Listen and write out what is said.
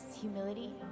humility